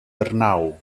arnau